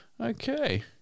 Okay